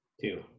Two